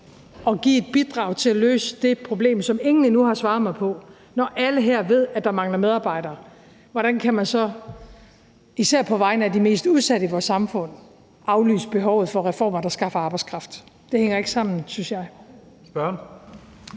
at give et bidrag til at løse det problem, som ingen endnu har givet mig svaret på: Når alle her ved, at der mangler medarbejdere, hvordan kan man så især på vegne af de mest udsatte i vores samfund aflyse behovet for reformer, der skaber arbejdskraft? Det synes jeg ikke hænger sammen.